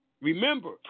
remember